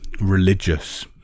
religious